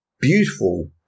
Beautiful